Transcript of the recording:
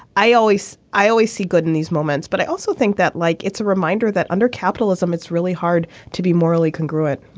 i always i always see good in these moments but i also think that like it's a reminder that under capitalism it's really hard to be morally congruent.